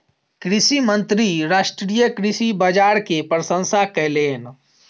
कृषि मंत्री राष्ट्रीय कृषि बाजार के प्रशंसा कयलैन